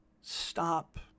Stop